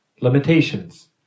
Limitations